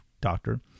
doctor